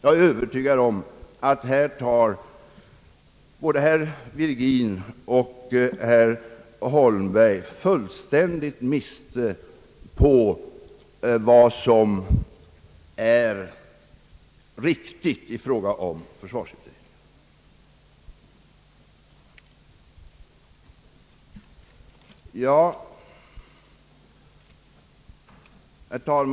Jag är övertygad om att både herr Virgin och herr Holmberg härvidlag tar fullständigt miste på vad som är riktigt i fråga om försvarsutredningen. Herr talman!